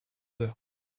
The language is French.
heures